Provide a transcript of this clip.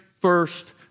first